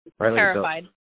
Terrified